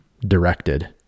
directed